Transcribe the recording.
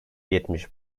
yetmiş